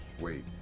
Wait